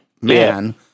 man